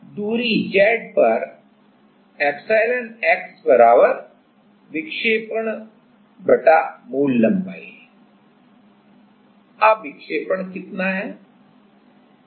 तो दूरी Z पर ε x विक्षेपणमूल लंबाई है अब विक्षेपण क्या है